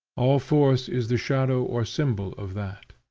all force is the shadow or symbol of that.